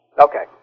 Okay